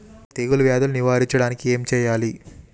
తెగుళ్ళ వ్యాధులు నివారించడానికి ఏం చేయాలి?